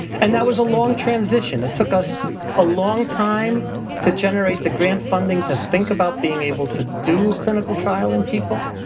and that was a long transition. it took us a long time to generate the grant funding to think about being able to do a clinical trial in people.